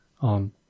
on